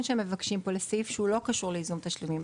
שמבקשים פה לסעיף שהוא לא קשור לייזום תשלומים,